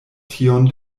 tion